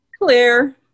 Clear